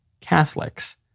Catholics